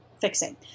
fixing